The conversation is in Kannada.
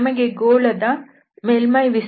ನಮಗೆ ಗೋಳ ದ ಮೇಲ್ಮೈ ವಿಸ್ತೀರ್ಣವು ತಿಳಿದಿದೆ